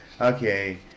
Okay